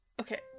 Okay